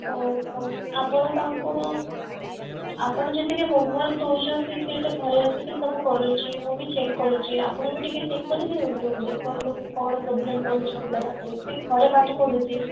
ଆପଣ ତାଙ୍କୁ ଆପଣ ଯେତିକି ହୋମ୍ ୱାର୍କ୍ ଦେଉଛନ୍ତି ସିଏତ ଘରେ ଆସିକି ସବୁ କରୁଛି ମୁଁ ବି ଚେକ୍ କରୁଛି ଆପଣ ବି ଟିକେ ଚେକ୍ କରିଦିଅନ୍ତୁ ଦେଖନ୍ତୁ କି କ'ଣ ପ୍ରୋବ୍ଲେମ୍ ରହୁଛି ପିଲା ପାଖରେ ସେ ଘରେ ପାଠ ପଢ଼ୁଛି